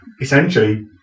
essentially